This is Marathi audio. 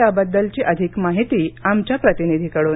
त्याबद्दलची अधिक माहिती आमच्या प्रतिनिधीकडून